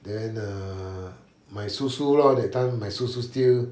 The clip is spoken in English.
then err my 叔叔 lor that time my 叔叔 still